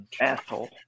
Asshole